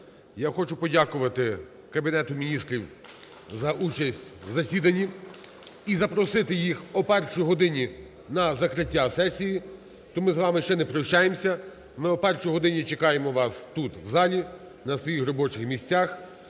Я хочу подякувати Кабінету Міністрів за участь в засіданні і запросити їх о першій годині на закриття сесії, тому ми з вами ще не прощаємося. Ми о першій годині чекаємо вас тут в залі на своїх робочих місцях.